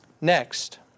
Next